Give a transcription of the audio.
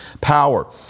power